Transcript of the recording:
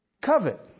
covet